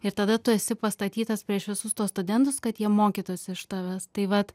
ir tada tu esi pastatytas prieš visus tuos studentus kad jie mokytųsi iš tavęs tai vat